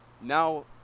now